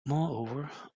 moreover